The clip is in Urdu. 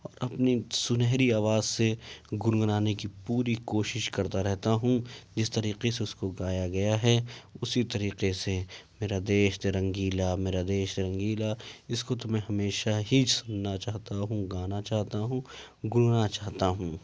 اور اپنے سنہری آواز سے گنگنانے کی پوری کوشش کرتا رہتا ہوں جس طریقے سے اس کو گایا گیا ہے اسی طریقے سے میرا دیش رنگیلا میرا دیش رنگیلا اس کو تو میں ہمیشہ ہی سننا چاہتا ہوں گانا چاہتا ہوں گنگنانا چاہتا ہوں